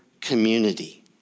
community